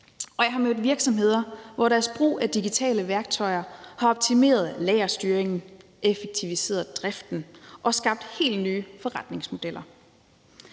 Og jeg har mødt virksomheder, hvor deres brug af digitale værktøjer har optimeret lagerstyringen, effektiviseret driften og skabt helt nye forretningsmodeller.